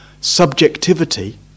Subjectivity